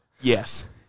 yes